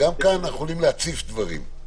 גם כאן אנחנו יכולים להציף דברים.